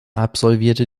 absolvierte